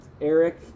Eric